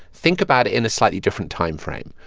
think about it in a slightly different timeframe.